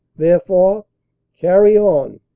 therefore carry-on!